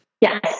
Yes